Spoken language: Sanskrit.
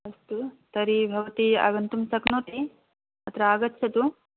अस्तु तर्हि भवती आगन्तुं शक्नोति अत्र आगच्छतु